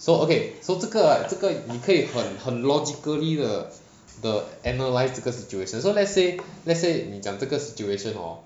so okay 这个这个你可以很 logically 的的 analyse 这个 situation so let's say let's say 你讲这个 situation hor